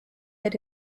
that